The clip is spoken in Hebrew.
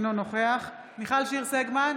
אינו נוכח מיכל שיר סגמן,